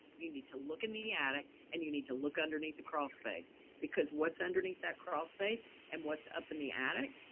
you need to look in the attic and you need to look underneath the crawl space because what's underneath that crawl space and what's up in the attic.